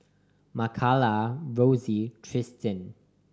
Makala Rosy Tristian